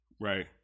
right